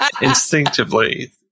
Instinctively